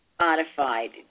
modified